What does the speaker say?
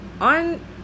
On